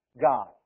God